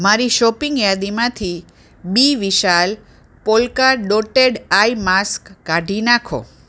મારી શોપિંગ યાદીમાંથી બી વિશાલ પોલ્કા ડોટેડ આઈ માસ્ક કાઢી નાખો